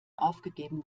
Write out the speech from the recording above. aufgegeben